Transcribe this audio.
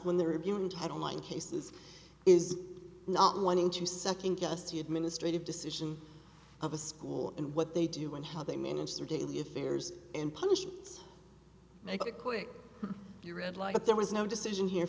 when they're going to have online cases is not wanting to second guess the administrative decision of a school and what they do in how they manage their daily affairs and punishments make it quick you read like there was no decision here